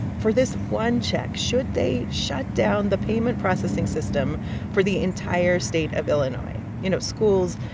for this one check, should they shut down the payment processing system for the entire state of illinois you know, schools,